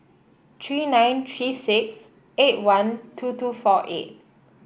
three nine three six eight one two two four eight